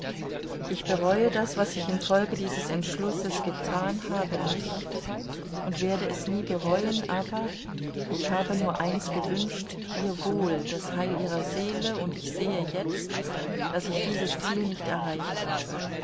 ich bereue das was ich infolge dieses entschlusses getan habe nicht und werde es nie bereuen aber ich habe nur eins gewünscht ihr wohl das heil ihrer seele und ich sehe jetzt daß ich dieses ziel nicht erreicht habe